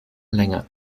länge